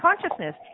consciousness